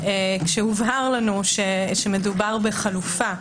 כשהובהר לנו שמדובר בחלופה,